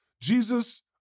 Jesus